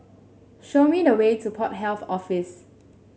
show me the way to Port Health Office